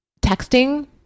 Texting